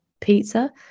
pizza